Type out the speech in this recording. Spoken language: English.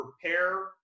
prepare